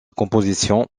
composition